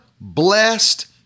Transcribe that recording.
blessed